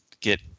get